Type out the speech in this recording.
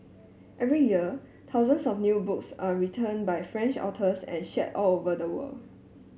every year thousands of new books are written by French authors and shared all over the world